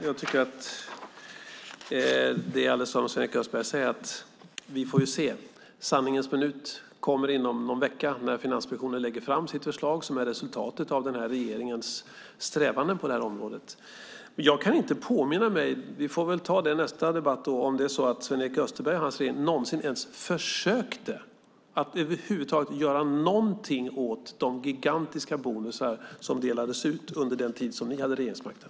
Fru talman! Som Sven-Erik Österberg säger får vi se. Sanningens minut kommer inom någon vecka när Finansinspektionen lägger fram sitt förslag som är ett resultat av den här regeringens strävanden på det här området. Jag kan inte påminna mig - vi får väl ta det i nästa debatt då - att Sven-Erik Österberg och hans regering någonsin ens försökte att över huvud taget göra någonting åt de gigantiska bonusar som delades ut under den tid som de hade regeringsmakten.